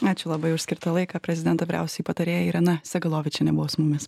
ačiū labai už skirtą laiką prezidento vyriausioji patarėja irena segalovičienė buvo su mumis